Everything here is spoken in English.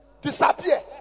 Disappear